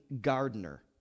gardener